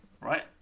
right